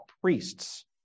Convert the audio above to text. priests